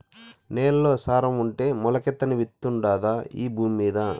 నేల్లో సారం ఉంటే మొలకెత్తని విత్తుండాదా ఈ భూమ్మీద